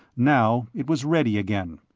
now it was ready again.